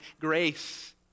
grace